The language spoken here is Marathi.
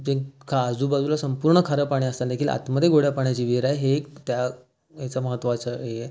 ते आजूबाजूला संपूर्ण खारं पाणी असतानादेखील आतमध्ये गोड्या पाण्याची विहीर आहे हे एक त्या हेचं महत्वाचं आहे